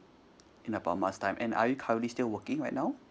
in about a month time and are you currently still working right now